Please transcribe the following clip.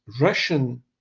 Russian